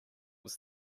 was